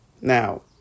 Now